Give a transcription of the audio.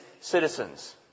citizens